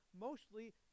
mostly